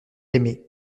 aimé